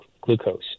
glucose